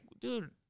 dude